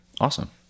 Awesome